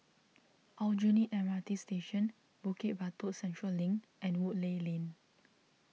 Aljunied M R T Station Bukit Batok Central Link and Woodleigh Lane